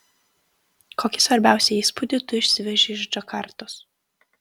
kokį svarbiausią įspūdį tu išsiveži iš džakartos